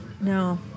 no